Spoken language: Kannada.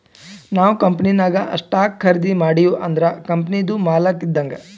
ನಾವ್ ಕಂಪನಿನಾಗ್ ಸ್ಟಾಕ್ ಖರ್ದಿ ಮಾಡಿವ್ ಅಂದುರ್ ಕಂಪನಿದು ಮಾಲಕ್ ಇದ್ದಂಗ್